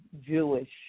Jewish